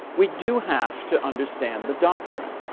we do have to understand the doctrine,